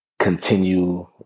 continue